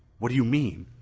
what do you mean?